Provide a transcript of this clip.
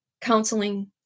counseling